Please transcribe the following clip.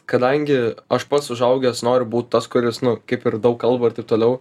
kadangi aš pats užaugęs noriu būt tas kuris nu kaip ir daug kalba ir taip toliau